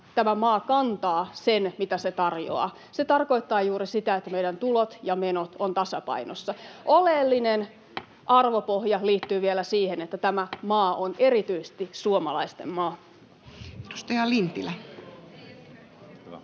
tämä maa kantaa sen, mitä se tarjoaa. Se tarkoittaa juuri sitä, että meidän tulot ja menot ovat tasapainossa. [Vasemmalta: Keneltä leikataan? — Puhemies koputtaa] Oleellinen arvopohja liittyy vielä siihen, että tämä maa on erityisesti suomalaisten maa.